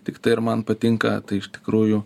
tiktai ar man patinka tai iš tikrųjų